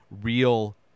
real